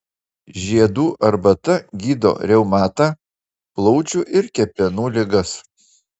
žiedų arbata gydo reumatą plaučių ir kepenų ligas